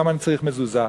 למה אני צריך מזוזה?